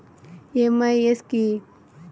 MIS কি?